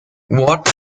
what